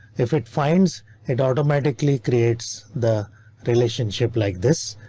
if it finds it automatically creates the relationship like this.